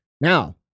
Now